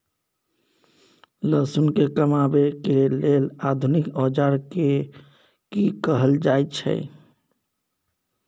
लहसुन के कमाबै के लेल आधुनिक औजार के कि कहल जाय छै?